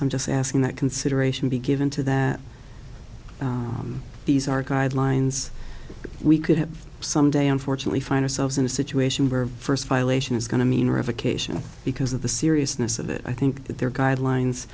i'm just asking that consideration be given to that these are guidelines we could have some day unfortunately find ourselves in a situation where first violation is going to mean revocation because of the seriousness of it i think that there are guidelines